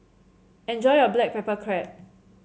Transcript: enjoy your Black Pepper Crab